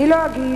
אני לא אגיד,